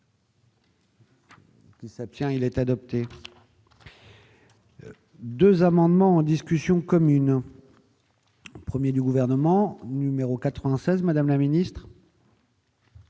Qui s'abstient, il est adopté. 2 amendements en discussion commune 1er du gouvernement numéro 96 Madame la Ministre.